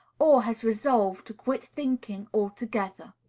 or has resolved to quit thinking altogether.